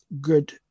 good